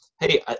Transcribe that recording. hey